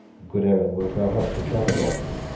good aaron, wilt thou help to chop it off?